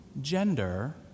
gender